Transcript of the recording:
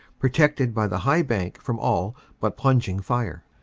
protected by the high bank from all but plunging fire.